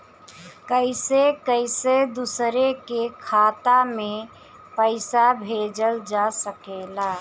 कईसे कईसे दूसरे के खाता में पईसा भेजल जा सकेला?